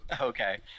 Okay